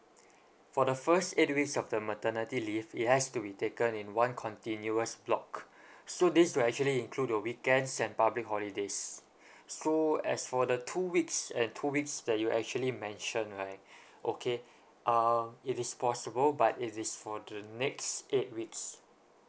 for the first eight weeks of the maternity leave it has to be taken in one continuous block so this will actually include the weekends and public holidays so as for the two weeks uh two weeks that you actually mentioned right okay um it is possible but it is for the next eight weeks